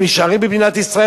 הם נשארים במדינת ישראל,